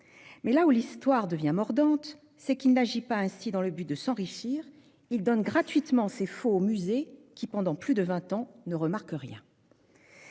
Mais là où l'histoire devient mordante, c'est qu'il n'agit pas ainsi dans le but de s'enrichir : il donne, gratuitement, ses faux aux musées qui, pendant plus de vingt ans, ne remarquent rien.